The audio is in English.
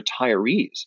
retirees